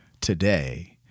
today